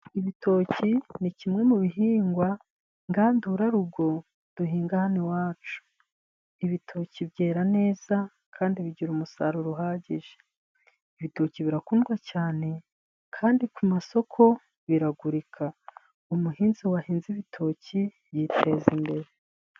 Ibitoki ni kimwe mu bihingwa ngandurarugo duhinga hano iwacu, ibitoki byera neza kandi bigira umusaruro uhagije. Ibitoki birakundwa cyane kandi ku masoko biragurika, umuhinzi wahinze ibitoki yiteza imbere.